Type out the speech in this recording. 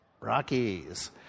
Rockies